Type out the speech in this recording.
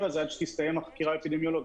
הזה עד שתסתיים החקירה האפידמיולוגית.